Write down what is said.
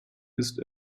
ist